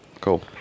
Cool